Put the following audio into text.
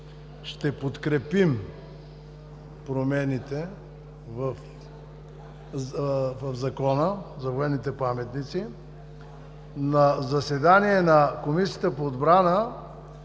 ще подкрепим промените в Закона за военните паметници. На заседание на Комисията по отбрана